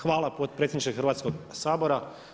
Hvala potpredsjedniče Hrvatskog sabora.